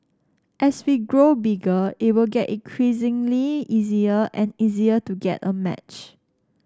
as we grow bigger it will get increasingly easier and easier to get a match